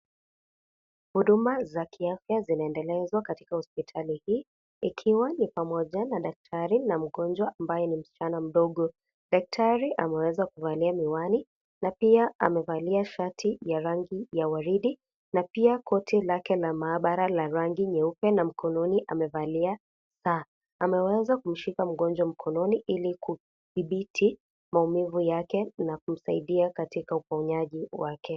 Huduma za kiafya zinaendelezwa katika hospitali hii ikiwa ni pamoja na daktari na mgonjwa ambaye ni msichana mdogo. Daktari ameweza kuvalia miwani na pia amevalia shati ya rangi ya waridi na pia koti lake la maabara la rangi nyeupe na mkononi amevalia saa. ameweza kumshika mgonjwa mkononi ili kudhibiti maumivu yake na kumsaidia katika uponyaji wake.